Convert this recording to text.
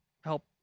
help